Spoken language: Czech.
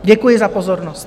Děkuji za pozornost.